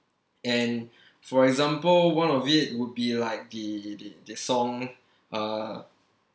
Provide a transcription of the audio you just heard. and for example one of it would be like the the the song uh